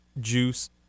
Juice